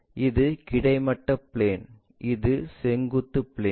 இது கிடைமட்ட பிளேன் இது செங்குத்து பிளேன்